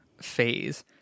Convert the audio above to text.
phase